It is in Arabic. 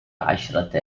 عشرة